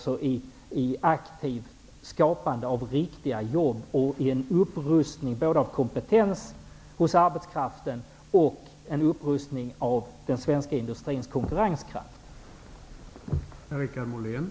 Man kan aktivt skapa riktiga jobb och upprusta både kompetensen inom arbetskraften och den svenska industrins konkurrenskraft.